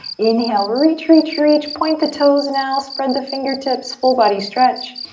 inhale, reach, reach, reach. point the toes now, spread the fingertips. full body stretch.